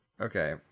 Okay